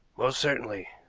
most certainly.